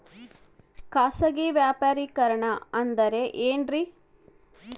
ಖಾಸಗಿ ವ್ಯಾಪಾರಿಕರಣ ಅಂದರೆ ಏನ್ರಿ?